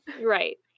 Right